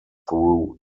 through